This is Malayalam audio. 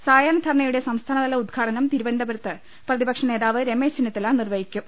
സായാഹ്നധർണ്ണയുടെ സംസ്ഥാനതല ഉദ്ഘാടനം തിരുവനന്തപുരത്ത് പ്രതിപക്ഷനേതാവ് രമേശ് ചെന്നിത്തല നിർവൃഹിക്കും